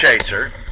Chaser